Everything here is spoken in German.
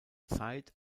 zeit